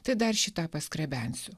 tai dar šį tą paskrebensiu